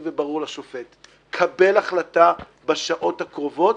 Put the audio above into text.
וברור לשופט קבל החלטה בשעות הקרובות,